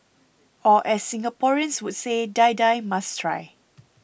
or as Singaporeans would say Die Die must try